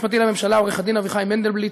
היועץ המשפטי לממשלה עו"ד אביחי מנדלבליט,